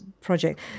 project